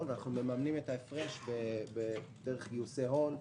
ואנחנו מממנים את ההפרש דרך גיוסי הון,